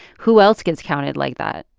who else gets counted like that?